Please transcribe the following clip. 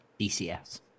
dcs